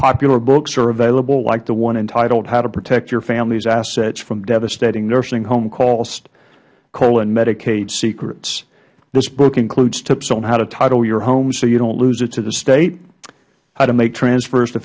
popular books are available like the one entitled how to protect your familys assets from devastating nursing home costs medicaid secrets this book includes tips on how to title your homes so you dont lose it to the state how to make transfers to